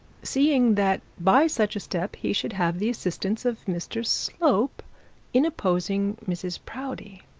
seeing that by such a step, he should have the assistance of mr slope in opposing mrs proudie.